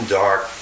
dark